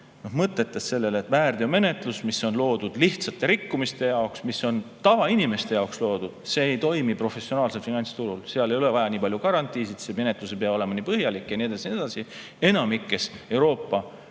vihjasin sellele, et väärteomenetlus, mis on loodud lihtsate rikkumiste jaoks, tavainimeste jaoks, ei toimi professionaalsel finantsturul. Seal ei ole vaja nii palju garantiisid, see menetlus ei pea olema nii põhjalik ja nii edasi ja nii edasi. Enamikus Euroopa